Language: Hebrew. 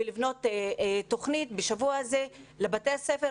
ולבנות תכנית בשבוע הזה לבתי הספר,